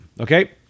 Okay